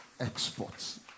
exports